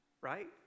right